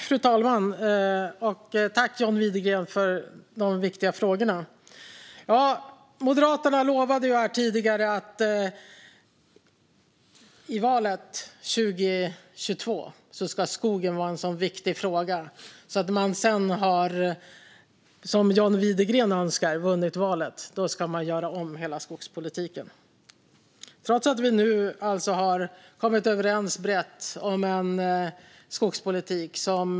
Fru talman! Jag tackar John Widegren för dessa viktiga frågor. Moderaterna har lovat att skogen ska vara en viktig fråga i valet 2022. När man har vunnit valet, som John Widegren önskar, ska man göra om hela skogspolitiken - trots att vi nu brett har kommit överens om en skogspolitik.